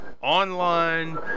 online